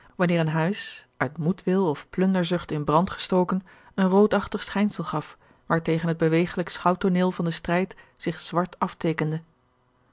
wanneer een huis uit moedwil of plunderzucht in brand gestoken een roodachtig schijnsel gaf waartegen het bewegelijk schouwtooneel van den strijd zich zwart afteekende